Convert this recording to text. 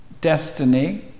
destiny